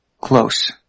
close